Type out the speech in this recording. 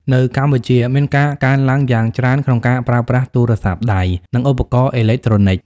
នៅកម្ពុជា មានការកើនឡើងយ៉ាងច្រើនក្នុងការប្រើប្រាស់ទូរស័ព្ទដៃ និងឧបករណ៍អេឡិចត្រូនិច។